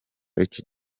iki